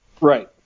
Right